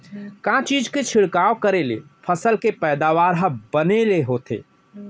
का चीज के छिड़काव करें ले फसल के पैदावार ह बने ले होथे?